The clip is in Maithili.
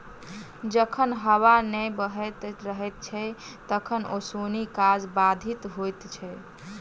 जखन हबा नै बहैत रहैत छै तखन ओसौनी काज बाधित होइत छै